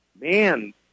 man